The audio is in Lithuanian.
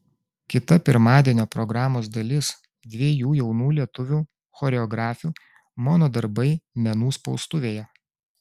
kita pirmadienio programos dalis dviejų jaunų lietuvių choreografių mono darbai menų spaustuvėje